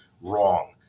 wrong